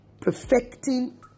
perfecting